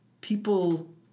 People